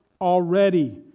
already